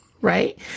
right